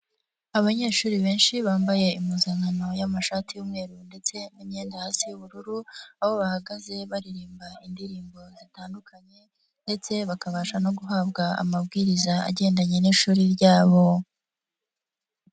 Abanyeshuri benshi bambaye impuzankano y'amashati y'umweru ndetse n'imyenda hasi y'ubururu, aho bahagaze baririmba indirimbo zitandukanye ndetse bakabasha no guhabwa amabwiriza agendanye n'ishuri ryabo.